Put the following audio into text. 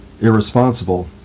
irresponsible